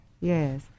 Yes